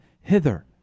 hither